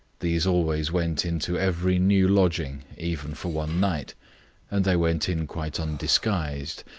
these always went into every new lodging, even for one night and they went in quite undisguised,